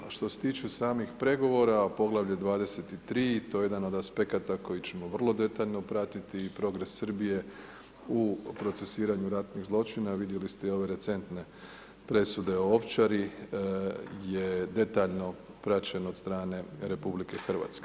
A što se tiče samih pregovora, poglavlje 23. to je jedan od aspekata koji ćemo vrlo detaljno pratiti i … Srbije u procesuiranju ratnih zločina a vidjeli ste i ove recentne presude o Ovčari je detaljno praćeno od strane RH.